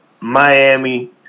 Miami